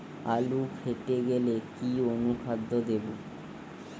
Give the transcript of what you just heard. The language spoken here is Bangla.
আলু ফেটে গেলে কি অনুখাদ্য দেবো?